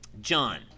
John